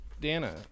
dana